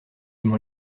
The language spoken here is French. m’ont